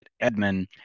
Edmund